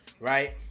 right